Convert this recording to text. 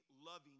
loving